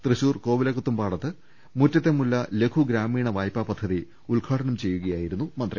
തൃശൂർ കോവിലകത്തുംപാടത്ത് മുറ്റത്തെ മുല്ല ലഘുഗ്രാമീണ വായ്പാ പദ്ധതി ഉദ്ഘാ ടനം ചെയ്യുകയായിരുന്നു മന്ത്രി